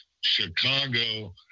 Chicago